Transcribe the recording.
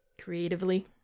Creatively